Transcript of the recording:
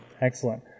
Excellent